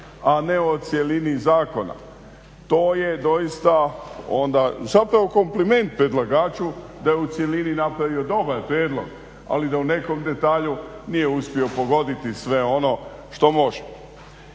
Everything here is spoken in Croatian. a ne o cjelini zakona. To je doista onda zapravo kompliment predlagaču da je u cjelini napravio dobar prijedlog, ali da u nekom detalju nije uspio pogoditi sve ono što može.